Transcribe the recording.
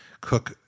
cook